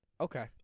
Okay